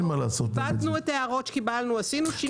עיבדנו את ההערות שקיבלנו, עשינו שינויים.